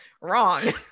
Wrong